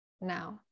now